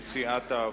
מסיעת העבודה.